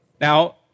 Now